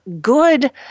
good